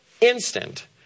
instant